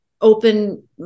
open